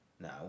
now